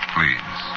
Please